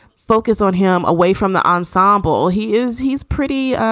focus on him away from the ensemble. he is he's pretty.